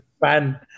fan